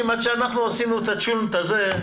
שעד שעשינו את הצ'ולנט הזה,